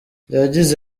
yagize